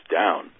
down